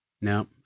No